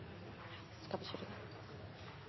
skal vi